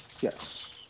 yes